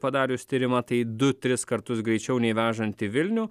padarius tyrimą tai du tris kartus greičiau nei vežant į vilnių